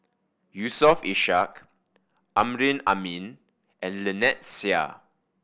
Yusof Ishak Amrin Amin and Lynnette Seah